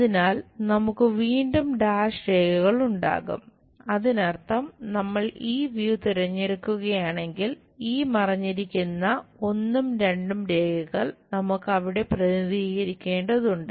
അതിനാൽ നമുക്ക് വീണ്ടും ഡാഷ് തിരഞ്ഞെടുക്കുകയാണെങ്കിൽ ഈ മറഞ്ഞിരിക്കുന്ന ഒന്നും രണ്ടും രേഖകൾ നമുക്ക് അവിടെ പ്രതിനിധീകരിക്കേണ്ടതുണ്ട്